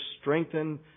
strengthen